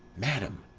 madam!